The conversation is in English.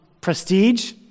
prestige